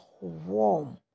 warm